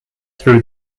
through